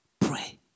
Pray